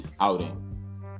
outing